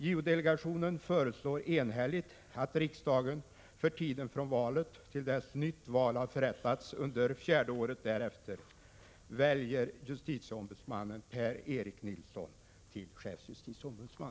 JO-delegationen föreslår enhälligt att riksdagen för tiden från valet till dess nytt val har förrättats under fjärde året därefter väljer justitieombudsmannen Per-Erik Nilsson till chefsjustitieombudsman.